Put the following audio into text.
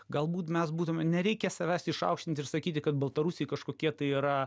galbūt mes būtume nereikia savęs išaukštint ir sakyti kad baltarusiai kažkokie tai yra